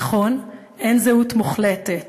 נכון, אין זהות מוחלטת